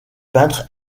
peintres